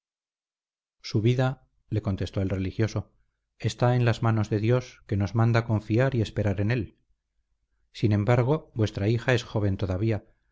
su vida le contestó el religioso está en las manos de dios que nos manda confiar y esperar en él sin embargo vuestra hija es joven todavía